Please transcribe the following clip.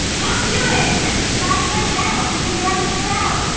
hop to it and subscribe to our channel so you never miss out!